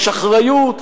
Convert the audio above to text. יש אחריות,